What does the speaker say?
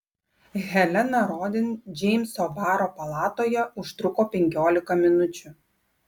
helena rodin džeimso baro palatoje užtruko penkiolika minučių